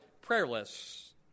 prayerless